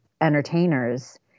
entertainers